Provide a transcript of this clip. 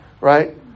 right